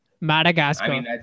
Madagascar